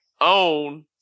own